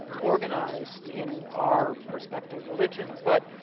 organised, in our perspective, religion. but,